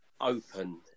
open